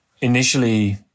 Initially